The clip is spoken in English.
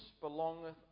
belongeth